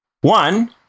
One